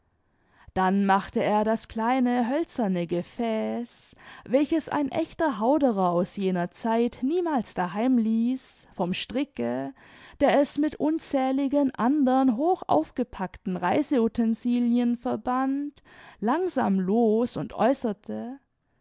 dann machte er das kleine hölzerne gefäß welches ein ächter hauderer aus jener zeit niemals daheimließ vom stricke der es mit unzähligen andern hoch aufgepackten reise utensilien verband langsam los und äußerte